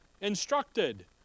instructed